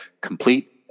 complete